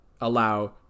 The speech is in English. allow